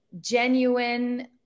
genuine